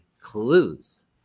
Clues